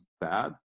bad